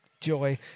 joy